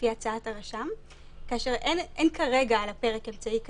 לפי הצעת הרשם, כאשר אין כרגע על הפרק אמצעי כזה.